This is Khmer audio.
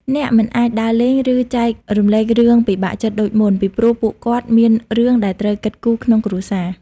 អ្នកមិនអាចដើរលេង ឬចែករំលែករឿងពិបាកចិត្តដូចមុន ពីព្រោះពួកគាត់មានរឿងដែលត្រូវគិតគូរក្នុងគ្រួសារ។